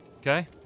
Okay